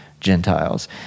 Gentiles